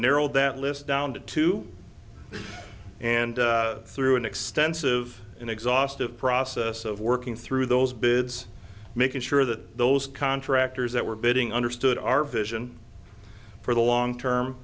narrowed that list down to two and through an extensive and exhaustive process of working through those bids making sure that those contractors that were bidding understood our vision for the long term